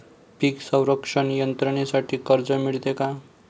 पीक संरक्षण यंत्रणेसाठी कर्ज मिळते का?